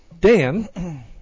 Dan